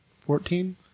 fourteen